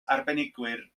arbenigwyr